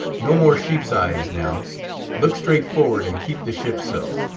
no more sheep's-eyes now look straight forward and keep the ship so.